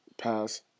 Pass